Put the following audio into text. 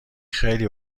خیلی